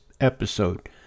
episode